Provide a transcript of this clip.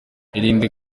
irinde